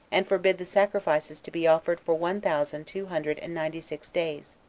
and forbid the sacrifices to be offered for one thousand two hundred and ninety-six days.